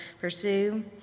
pursue